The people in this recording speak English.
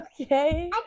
okay